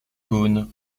caunes